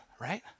Right